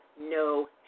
no